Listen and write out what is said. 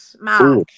Mark